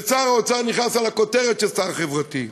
ושר האוצר נכנס על הכותרת של שר חברתי,